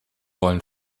wollen